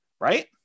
Right